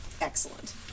excellent